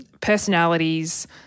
personalities